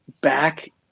back